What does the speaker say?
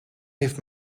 heeft